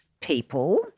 people